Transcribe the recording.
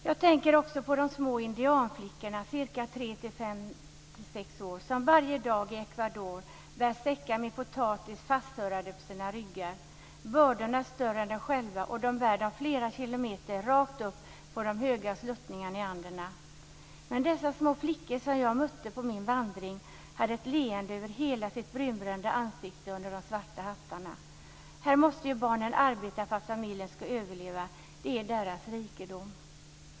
Jag tänker också på de små indianflickorna, tresex år gamla, som varje dag i Ecuador bär säckar med potatis fastsurrade på sina ryggar. Bördorna är större än flickorna själva som bär dem flera kilometer rakt upp på de höga sluttningarna i Anderna. Men dessa små flickor som jag mötte på min vandring hade ett leende över hela det brunbrända ansiktet under de svarta hattarna. Här måste ju barnen arbeta för att familjen ska överleva; det är deras rikedom.